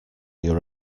your